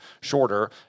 shorter